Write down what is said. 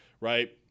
right